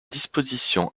disposition